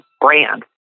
brand